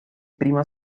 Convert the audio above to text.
prima